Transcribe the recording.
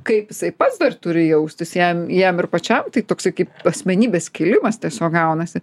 kaip jisai pats dar turi jaustis jam jam ir pačiam tai toksai kaip asmenybės skilimas tiesiog gaunasi